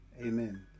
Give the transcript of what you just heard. Amen